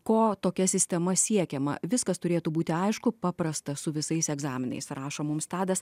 ko tokia sistema siekiama viskas turėtų būti aišku paprasta su visais egzaminais rašo mums tadas